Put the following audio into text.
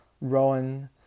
Rowan